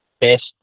best